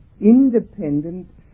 independent